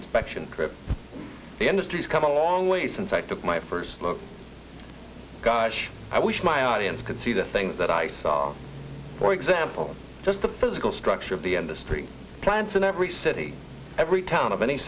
inspection trip the industry's come a long way since i took my first look gosh i wish my audience could see the things that i saw for example just the physical structure of the industry plants in every city every town of any